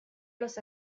los